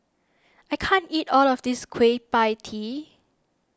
I can't eat all of this Kueh Pie Tee